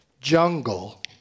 Jungle